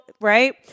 right